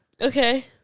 Okay